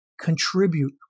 contribute